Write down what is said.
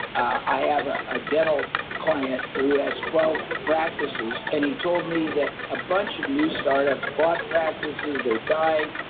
i have ah a dental client who has twelve practices, and he told me that a bunch of new startups bought practices, they're dying.